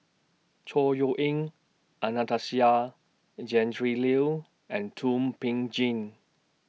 Chor Yeok Eng Anastasia Tjendri Liew and Thum Ping Tjin